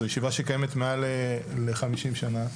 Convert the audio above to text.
ישיבה שקיימת מעל ל-50 שנה,